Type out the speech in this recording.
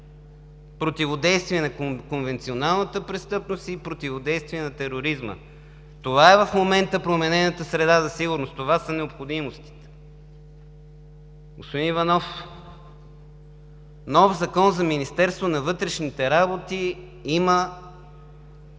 противодействие на конвенционалната престъпност и противодействие на тероризма. Това е в момента променената среда за сигурност, това са необходимостите. Господин Иванов, нов Закон за Министерството на вътрешните работи има